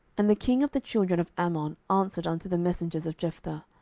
and the king of the children of ammon answered unto the messengers of jephthah,